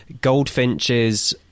goldfinches